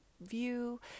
view